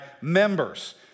members